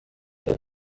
but